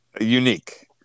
unique